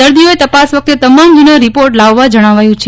દર્દીઓએ તપાસ વખતે તમામ જૂના રિપોર્ટ લાવવા જણાવાયું છે